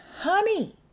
honey